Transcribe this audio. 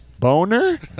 Boner